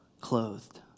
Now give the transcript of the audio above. clothed